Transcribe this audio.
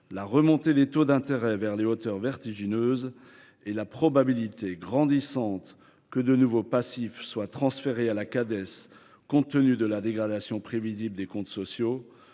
la remontée des taux d’intérêt vers des hauteurs vertigineuses et la probabilité grandissante que de nouveaux passifs soient transférés à la Cades, compte tenu de la dégradation prévisible des comptes sociaux,